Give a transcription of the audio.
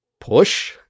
push